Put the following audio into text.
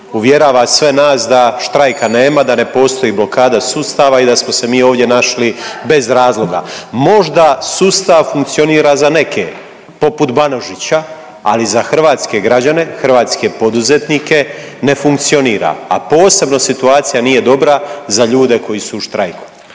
uvjerava sve nas da štrajka nema, da ne postoji blokada sustava i da smo se mi ovdje našli bez razloga. Možda sustav funkcionira za neke poput Banožića, ali za hrvatske građane i hrvatske poduzetnike ne funkcionira, a posebno situacija nije dobra za ljude koji su u štrajku.